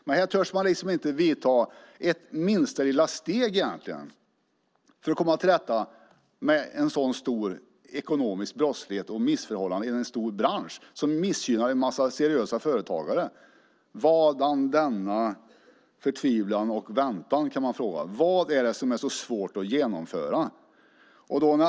Men här törs man inte ta minsta lilla steg för att komma till rätta med en stor ekonomisk brottslighet och missförhållanden i en stor bransch som missgynnar en massa seriösa företagare. Vadan denna väntan, kan man fråga. Vad är det som är så svårt att genomföra?